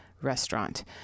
Restaurant